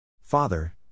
Father